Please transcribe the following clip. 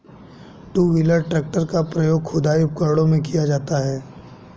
to wheeler tractor का प्रयोग खुदाई उपकरणों में किया जाता हैं